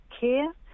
care